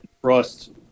trust